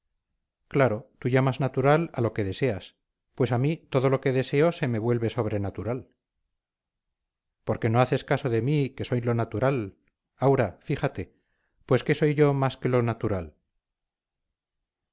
claro tú llamas natural a lo que deseas pues a mí todo lo que deseo se me vuelve sobrenatural porque no haces caso de mí que soy lo natural aura fíjate pues qué soy yo más que lo natural